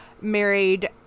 married